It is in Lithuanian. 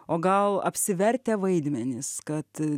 o gal apsivertę vaidmenys kad